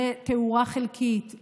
לתאורה חלקית,